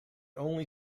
only